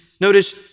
notice